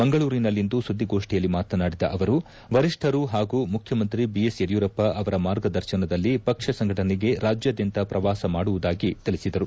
ಮಂಗಳೂರಿನಲ್ಲಿಂದು ಸುದ್ವಿಗೋಷ್ಠಿಯಲ್ಲಿ ಮಾತನಾಡಿದ ಅವರು ವರಿಷ್ಠರು ಹಾಗೂ ಮುಖ್ಯಮಂತ್ರಿ ಬಿಎಸ್ ಯಡಿಯೂರಪ್ಪ ಅವರ ಮಾರ್ಗದರ್ಶನದಲ್ಲಿ ಪಕ್ಷ ಸಂಘಟನೆಗೆ ರಾಜ್ಯಾದ್ಯಂತ ಪ್ರವಾಸ ಮಾಡುವುದಾಗಿ ತಿಳಿಸಿದರು